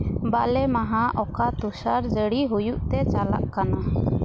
ᱵᱟᱞᱮ ᱢᱟᱦᱟ ᱚᱠᱟ ᱛᱩᱥᱟᱨ ᱡᱟᱹᱲᱤ ᱦᱩᱭᱩᱜ ᱛᱮ ᱪᱟᱞᱟᱜ ᱠᱟᱱᱟ